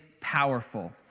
powerful